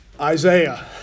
Isaiah